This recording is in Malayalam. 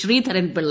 ശ്രീധരൻപിള്ള